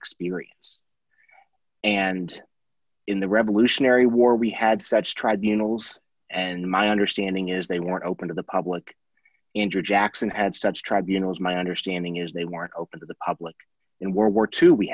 experience and in the revolutionary war we had such tribunals and my understanding is they weren't open to the public injured jackson had such tribunals my understanding is they were open to the public and world war two we